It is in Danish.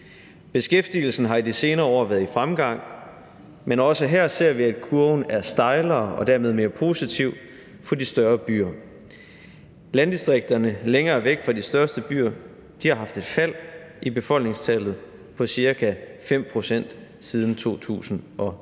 Beskæftigelsen har i de senere år været i fremgang, men også her ser vi, at kurven er stejlere og dermed mere positiv for de større byer. Landdistrikterne længere væk fra de største byer har haft et fald i befolkningstallet på ca. 5 pct. siden 2010.